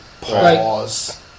Pause